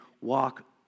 walk